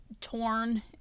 torn